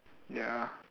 ya